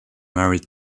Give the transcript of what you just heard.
married